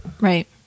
Right